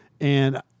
And-